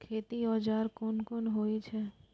खेती औजार कोन कोन होई छै?